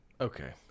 Okay